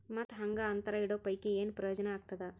ಮತ್ತ್ ಹಾಂಗಾ ಅಂತರ ಇಡೋ ಪೈಕಿ, ಏನ್ ಪ್ರಯೋಜನ ಆಗ್ತಾದ?